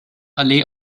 allee